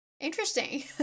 interesting